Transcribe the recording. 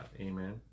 Amen